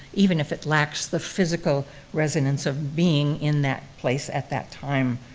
even if it lacks the physical resonance of being in that place at that time.